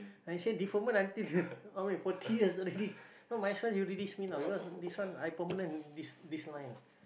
I say deferment until already forty years already might as well you release me because this one I permanent this this line